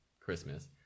Christmas